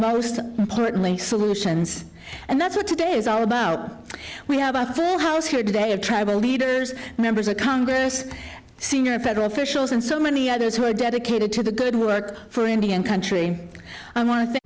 most importantly solutions and that's what today is all about we have a clue house here today of tribal leaders members of congress senior federal officials and so many others who are dedicated to the good work for indian country i want to